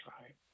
right